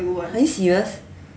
are you serious